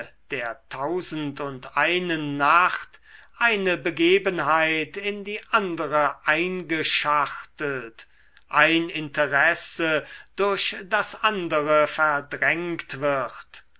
der tausendundeinen nacht eine begebenheit in die andere eingeschachtelt ein interesse durch das andere verdrängt wird